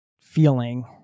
feeling